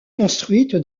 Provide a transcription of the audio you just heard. construite